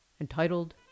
entitled